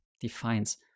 defines